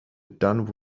done